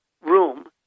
room